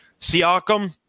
Siakam